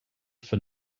for